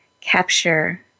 Capture